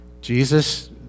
Jesus